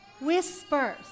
whispers